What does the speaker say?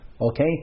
okay